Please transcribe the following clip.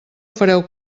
fareu